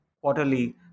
quarterly